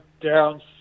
down